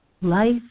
Life